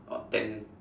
or ten